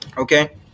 Okay